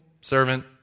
servant